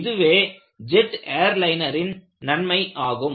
இதுவே ஜெட் ஏர்லைனரின் நன்மை ஆகும்